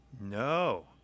No